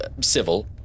civil